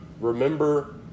remember